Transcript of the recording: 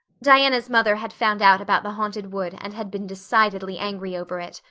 diana's mother had found out about the haunted wood and had been decidedly angry over it.